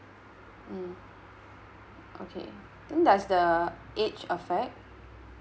mm okay then does the age affect